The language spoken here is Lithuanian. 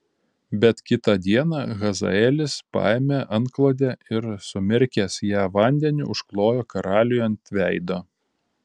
bet kitą dieną hazaelis paėmė antklodę ir sumirkęs ją vandeniu užklojo karaliui ant veido